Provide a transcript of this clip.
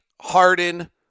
Harden